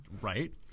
Right